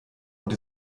und